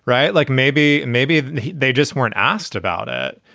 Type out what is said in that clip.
right? like, maybe maybe they just weren't asked about it.